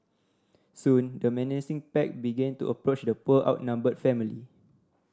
soon the menacing pack began to approach the poor outnumbered family